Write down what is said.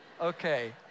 Okay